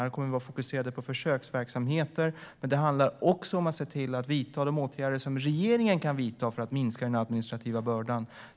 Här kommer vi att vara fokuserade på försöksverksamheter, men det handlar också om att vidta de åtgärder som regeringen kan vidta för att minska den administrativa bördan.